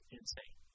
insane